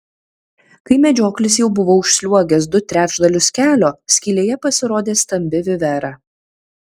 kai medžioklis jau buvo užsliuogęs du trečdalius kelio skylėje pasirodė stambi vivera